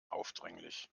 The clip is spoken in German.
aufdringlich